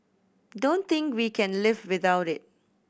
don't think we can live without it